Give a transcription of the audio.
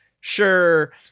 Sure